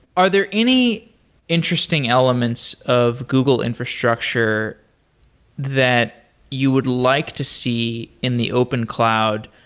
are there any interesting elements of google infrastructure that you would like to see in the open cloud,